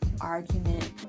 argument